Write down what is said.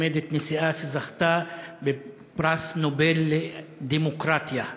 עומדת נשיאה שזכתה בפרס נובל לדמוקרטיה.